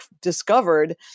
discovered